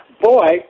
Boy